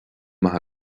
maith